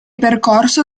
percorso